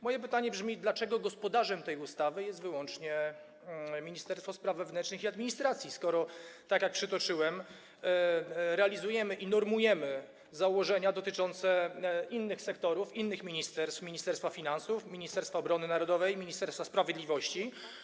Moje pytanie brzmi tak: Dlaczego gospodarzem tej ustawy jest wyłącznie Ministerstwo Spraw Wewnętrznych i Administracji, skoro, tak jak przytoczyłem, normujemy założenia dotyczące innych sektorów, innych ministerstw: Ministerstwa Finansów, Ministerstwa Obrony Narodowej, Ministerstwa Sprawiedliwości?